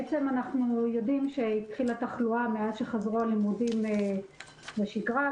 אנחנו יודעים שהחלה תחלואה מאז שהלימודים חזרו לשגרה,